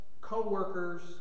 co-workers